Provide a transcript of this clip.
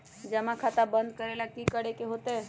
जमा खाता बंद करे ला की करे के होएत?